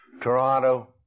Toronto